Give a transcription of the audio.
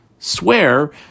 swear